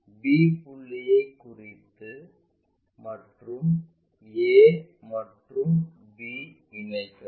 b புள்ளியை குறித்து மற்றும் a மற்றும் b இணைக்கவும்